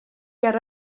ger